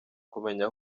kumenya